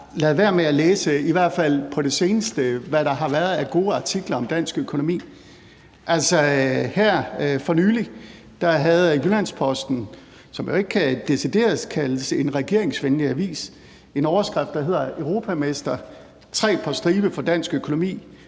fald på det seneste har undladt at læse, hvad der har været af gode artikler om dansk økonomi. Her for nylig havde Jyllands-Posten, som jo ikke decideret kan kaldes en regeringsvenlig avis, en overskrift, der lød: Europamester: Tre på stribe for dansk økonomi.